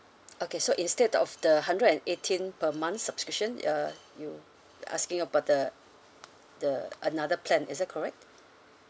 okay so instead of the hundred and eighteen per month subscription uh you asking about the the another plan is that correct